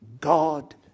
God